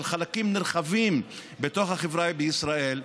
של חלקים נרחבים בתוך החברה בישראל,